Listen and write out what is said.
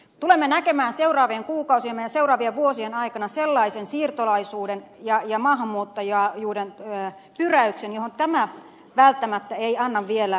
tulemme näkemään seuraavien kuukausien ja seuraavien vuosien aikana sellaisen siirtolaisuuden ja maahanmuuttajuuden pyräyksen johon tämä välttämättä ei anna vielä meille välineitä